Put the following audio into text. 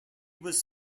was